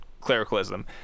clericalism